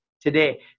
today